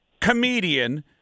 comedian